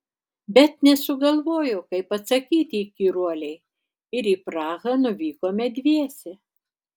bet nesugalvojau kaip atsakyti įkyruolei ir į prahą nuvykome dviese